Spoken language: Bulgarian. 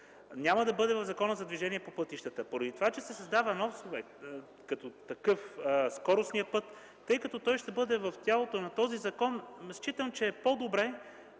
няма да бъде в Закона за движение по пътищата. Поради това, че се създава нов проект, тъй като скоростният път ще бъде в тялото на този закон считам, че е по-добре